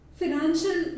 financial